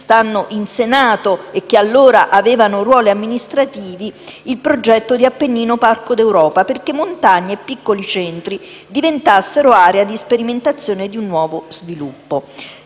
stanno qui in Senato e che allora avevano ruoli amministrativi, il progetto di Appennino Parco d'Europa, affinché montagne e piccoli centri diventassero area di sperimentazione di un nuovo sviluppo.